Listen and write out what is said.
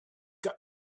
got